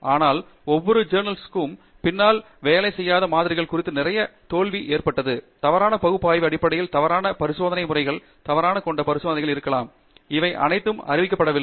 ஆனால் ஒவ்வொரு பத்திரிகைக்கும் பின்னால் வேலை செய்யாத மாதிரிகள் குறித்து நிறைய தோல்வி ஏற்பட்டது தவறான பகுப்பாய்வு அடிப்படையில் தவறான பரிசோதனை முறைகளை தவறாகக் கொண்ட பரிசோதனைகள் இருக்கலாம் இவை அனைத்தும் அறிக்கையிடப்படவில்லை